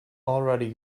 already